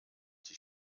die